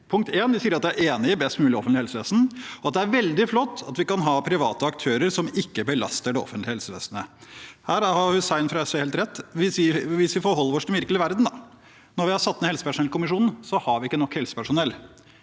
er at de sier de er enig i et best mulig offentlig helsevesen, og at det er veldig flott at vi kan ha private aktører som ikke belaster det offentlige helsevesenet. Her har representanten Hussein fra SV helt rett, hvis vi forholder oss til den virkelige verden: Når vi har satt ned helsepersonellkommisjonen, er det fordi vi ikke har nok helsepersonell.